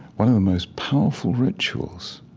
one of the most powerful rituals,